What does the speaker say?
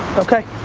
okay.